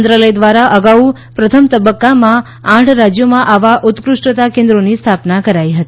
મંત્રાલય દ્વારા અગાઉ પ્રથમ તબકકામાં આઠ રાજ્યોમાં આવા ઉત્કૃષ્ટતા કેન્દ્રોની સ્થાપના કરાઇ હતી